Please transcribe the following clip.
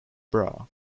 bra